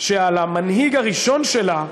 שעל המנהיג הראשון שלה,